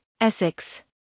Essex